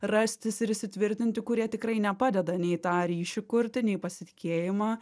rastis ir įsitvirtinti kurie tikrai nepadeda nei tą ryšį kurti nei pasitikėjimą